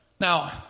Now